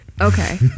Okay